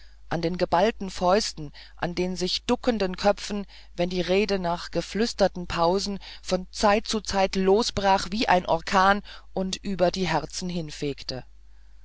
an den geballten fäusten an den sich duckenden köpfen wenn die rede nach geflüsterten pausen von zeit zu zeit losbrach wie ein orkan und über die herzen hinfegte